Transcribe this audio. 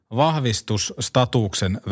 vahvistusstatuksen